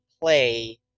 play